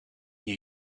new